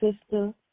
sister